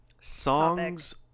Songs